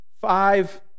five